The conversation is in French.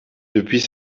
depuis